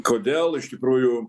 kodėl iš tikrųjų